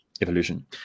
evolution